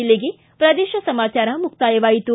ಇಲ್ಲಿಗೆ ಪ್ರದೇಶ ಸಮಾಚಾರ ಮುಕ್ತಾಯವಾಯಿತು